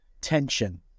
Tension